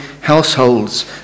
households